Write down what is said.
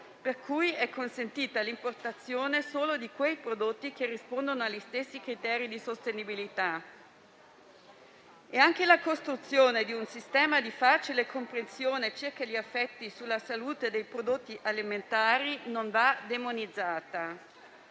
per cui è consentita l'importazione solo di quei prodotti che rispondono agli stessi criteri di sostenibilità. Anche la costruzione di un sistema di facile comprensione circa gli effetti sulla salute dei prodotti alimentari non va demonizzata.